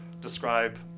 describe